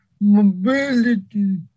mobility